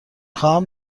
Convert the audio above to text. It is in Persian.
خواهم